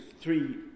three